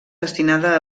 destinada